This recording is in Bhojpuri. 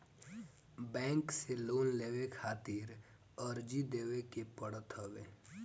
बैंक से लोन लेवे खातिर अर्जी देवे के पड़त हवे